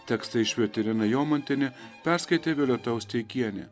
tekstą išvertė irena jomantienė perskaitė violeta osteikienė